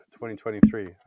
2023